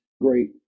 great